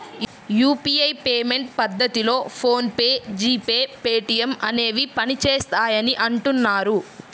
UPI payment పద్ధతిలో PhonePe, G Pay, Paytm అనేవి పనిచేస్తాయని అంటున్నారు